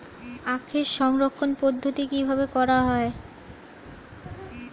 আখের সংরক্ষণ পদ্ধতি কিভাবে করা হয়?